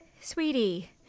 sweetie